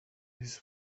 his